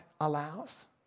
allows